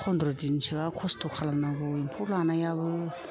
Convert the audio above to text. फन्द्र'दिन सोआ खस्थ' खालामनांगौ एम्फौ लानायाबो